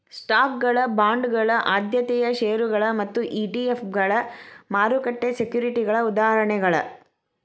ಸ್ಟಾಕ್ಗಳ ಬಾಂಡ್ಗಳ ಆದ್ಯತೆಯ ಷೇರುಗಳ ಮತ್ತ ಇ.ಟಿ.ಎಫ್ಗಳ ಮಾರುಕಟ್ಟೆ ಸೆಕ್ಯುರಿಟಿಗಳ ಉದಾಹರಣೆಗಳ